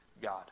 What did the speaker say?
God